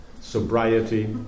sobriety